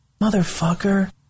motherfucker